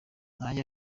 ntajya